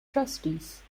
trustees